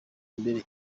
mbere